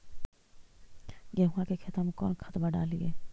गेहुआ के खेतवा में कौन खदबा डालिए?